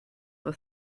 for